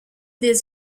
des